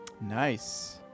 nice